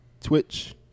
Twitch